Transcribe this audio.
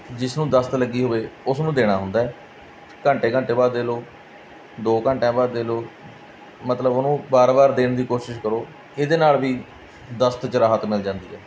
ਜਿਸ ਨੂੰ ਦਸਤ ਲੱਗੀ ਹੋਵੇ ਉਸ ਨੂੰ ਦੇਣਾ ਹੁੰਦਾ ਹੈ ਘੰਟੇ ਘੰਟੇ ਬਾਅਦ ਦੇ ਲਓ ਦੋ ਘੰਟਿਆਂ ਬਾਅਦ ਦੇ ਲਓ ਮਤਲਬ ਉਹਨੂੰ ਬਾਰ ਬਾਰ ਦੇਣ ਦੀ ਕੋਸ਼ਿਸ਼ ਕਰੋ ਇਹਦੇ ਨਾਲ ਵੀ ਦਸਤ 'ਚ ਰਾਹਤ ਮਿਲ ਜਾਂਦੀ ਹੈ